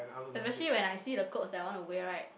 especially when I see the clothes that I want to wear right